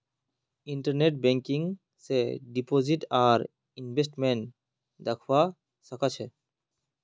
internet banking स deposit आर investment दख्वा स ख छ